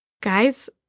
guys